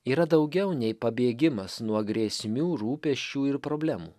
yra daugiau nei pabėgimas nuo grėsmių rūpesčių ir problemų